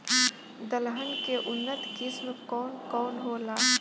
दलहन के उन्नत किस्म कौन कौनहोला?